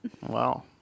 Wow